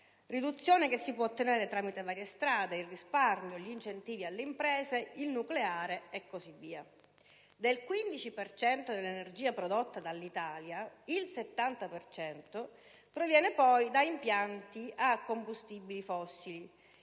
Riduzione che si può ottenere tramite varie strade: il risparmio, gli incentivi alle imprese, il nucleare e così via. Del 15 per cento dell'energia prodotta dall'Italia, il 70 per cento proviene da impianti a combustibili fossili,